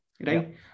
right